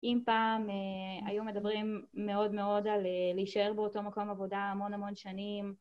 אם פעם היו מדברים מאוד מאוד על להישאר באותו מקום עבודה המון המון שנים.